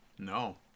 No